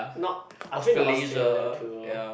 not I've been to Australia too